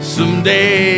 Someday